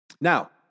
Now